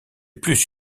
plus